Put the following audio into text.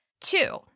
Two